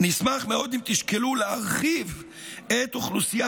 נשמח מאוד אם תשקלו להרחיב את אוכלוסיית